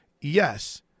Yes